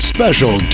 Special